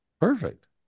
Perfect